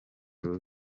rubi